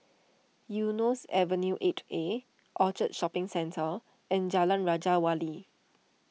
Eunos Avenue eight A Orchard Shopping Centre and Jalan Raja Wali